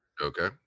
Okay